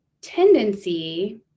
tendency